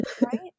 right